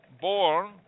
born